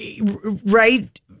Right